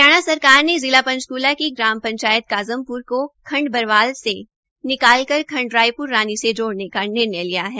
हरियाणा सरकार ने जिला पंचकूला की ग्राम पंचायत काजमप्र को बरवाला से निकाल कर खंड रायप्ररानी से जोड़ने का निर्णय लिया है